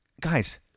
Guys